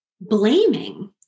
blaming